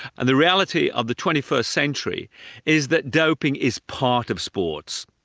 and the reality of the twenty first century is that doping is part of sports.